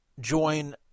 join